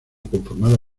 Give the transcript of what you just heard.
conformada